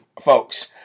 folks